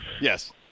Yes